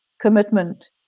commitment